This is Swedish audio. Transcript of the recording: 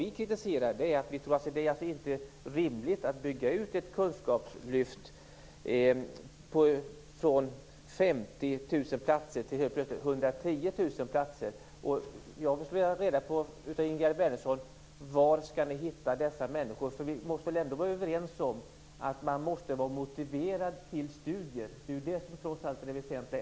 Vi kritiserar att det inte är rimligt att bygga ut ett kunskapslyft från 50 000 platser till helt plötsligt 110 000 platser. Jag skulle vilja att Ingegerd Wärnersson säger var dessa människor skall finnas. Vi måste väl vara överens om att man måste vara motiverad till studier. Det måste väl ändå vara det väsentliga.